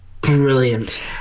brilliant